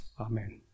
Amen